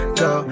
go